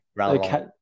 Okay